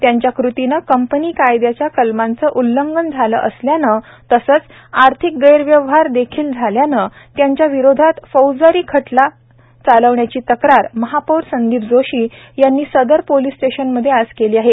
त्यांच्या कृतीने कंपनी कायद्याच्या कलमांचे उल्लंघन झाले असल्याने तसेच आर्थिक गैरव्यवहार देखील झाल्याने त्यांच्या विरोधात फौजदारी खटला चालविण्याची तक्रार महापौर संदीप जोशी यांनी सदर पुलीस स्टेशनमध्ये आज केली आहे